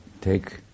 take